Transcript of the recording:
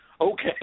okay